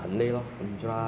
ya lah something like that lah